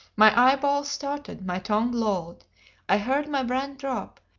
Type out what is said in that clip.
my eyeballs started my tongue lolled i heard my brand drop,